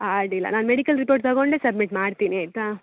ಆಂ ಅಡ್ಡಿಯಿಲ್ಲ ನಾನು medical report ತಗೊಂಡೇ ಸಬ್ಮಿಟ್ ಮಾಡ್ತೀನಿ ಆಯಿತಾ